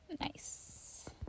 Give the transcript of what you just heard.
Nice